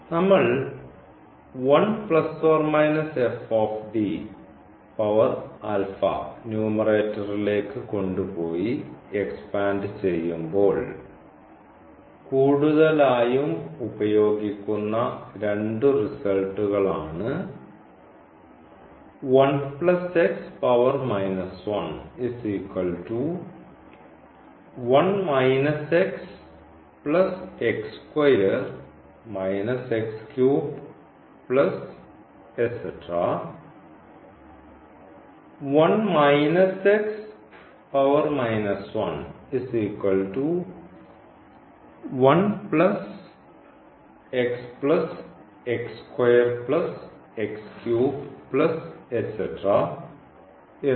നമ്മൾ ന്യൂമറേറ്ററിലേക്ക് കൊണ്ടുപോയി എക്സ്പാൻഡ് ചെയ്യുമ്പോൾ കൂടുതലായും ഉപയോഗിക്കുന്ന രണ്ടു റിസൾട്ടുകൾ ആണ് എന്നിവ